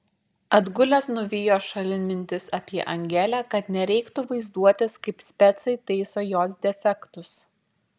atgulęs nuvijo šalin mintis apie angelę kad nereiktų vaizduotis kaip specai taiso jos defektus